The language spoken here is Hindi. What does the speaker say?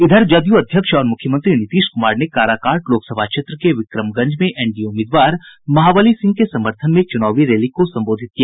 इधर जदयू अध्यक्ष और मुख्यमंत्री नीतीश कुमार ने काराकाट लोकसभा क्षेत्र के विक्रमगंज में एनडीए उम्मीदवार महाबली सिंह के समर्थन में चूनावी रैली को संबोधित किया